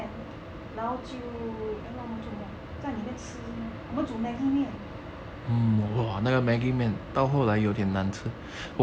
then 然后就 eh 我们做什么在里面吃是吗我们煮 maggi 面